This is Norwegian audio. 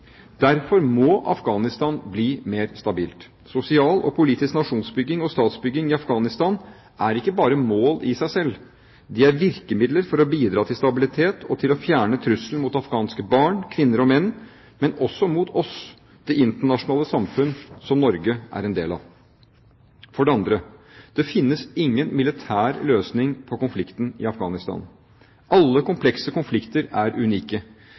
Derfor må Afghanistan bli mer stabilt. Sosial og politisk nasjonsbygging og statsbygging i Afghanistan er ikke bare mål i seg selv; de er virkemidler for å bidra til stabilitet og til å fjerne trusselen mot afghanske barn, kvinner og menn – men også mot oss, det internasjonale samfunn, som Norge er en del av. For det andre: Det finnes ingen militær løsning på konflikten i Afghanistan. Alle komplekse konflikter er unike,